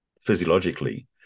physiologically